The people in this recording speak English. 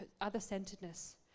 other-centeredness